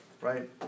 right